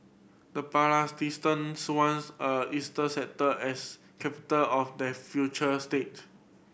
the Palestinians want a eastern sector as capital of their future state